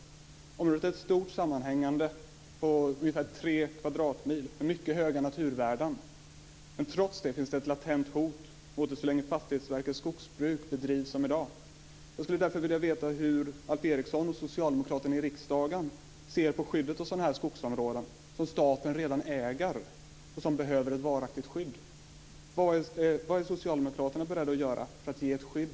Det är ett stort sammanhängande område på ungefär tre kvadratmil med mycket höga naturvärden. Trots det finns det ett latent hot mot det så länge Socialdemokraterna i riksdagen ser på skyddet av sådana här skogsområden som staten redan äger och som behöver ett varaktigt skydd.